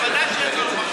ודאי שיש צורך בחוק.